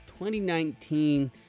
2019